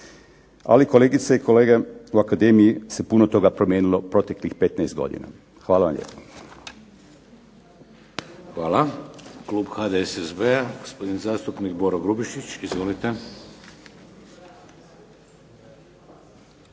Ali kolegice i kolege, u akademiji se puno toga promijenilo u proteklih 15 godina. Hvala vam lijepo. **Šeks, Vladimir (HDZ)** Hvala. Klub HDSSB-a, gospodin zastupnik Boro Grubišić. Izvolite.